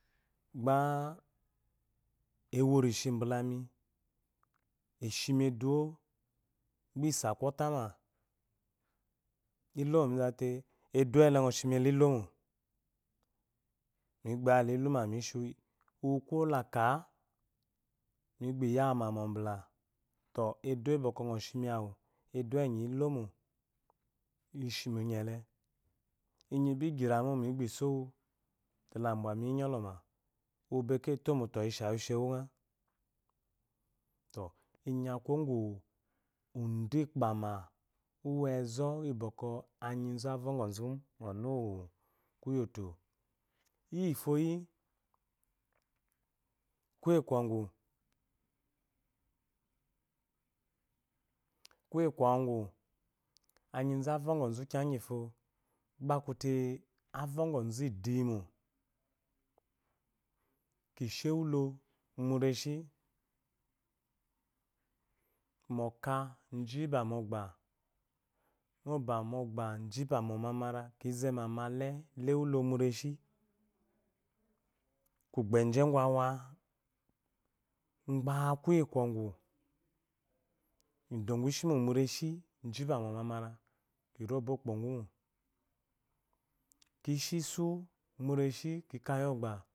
Gbá awe rishi mbu la mi eshi mi eduwo gba esa ko'ta ma lomo mi zawu te eduwo ele’ kɔshimile ilómó, mi gbaya la iluma mi shiwu yi ko la akáa mi bi ya wu ma mu ɔbula tɔ eduwo yi ko nɔshi mi awu, eduwo enyi ilowo eshimo i nyele, inyi gbi giramó migbisówu te la mbwamiyi nyolɔma, uwu ba eketomo tɔ shi awu eshi ma fi wunghɔ, to inyi aku kuwo ngu udu gbama enzo iyi bɔkɔ anyi zo a fhongɔzu mu koyi ótó iya foyi fo bga akute afhogwɔzu idu lyi mo. ki shii ewulo mu reshi mɔ ɔká zhi ma mɔgba, zhi ma mu omamara, male la ewulo mu réshi kugbeze ugwu awa gba kuye kwɔagu mi do gu shimo mu réshi jiba mu omamara mbo ɔgbon gu mo.